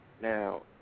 Now